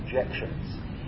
objections